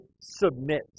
submit